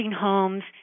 homes